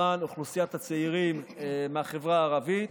הכנסת העשרים-וארבע יום רביעי,